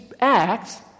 acts